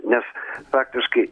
nes faktiškai